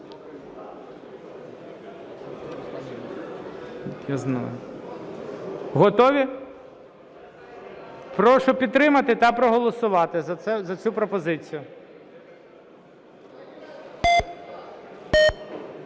3295. Готові? Прошу підтримати та проголосувати за цю пропозицію.